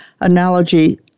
analogy